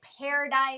paradise